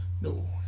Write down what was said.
No